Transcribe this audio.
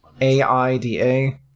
A-I-D-A